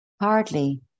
Hardly